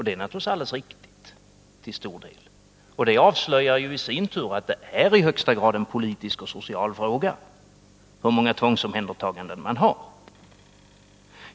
Det är naturligtvis till stor del helt riktigt, och det avslöjar i sin tur att det i högsta grad är en politisk och social fråga hur många tvångsomhändertaganden man har.